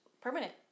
permanent